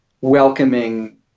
welcoming